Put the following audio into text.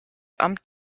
amt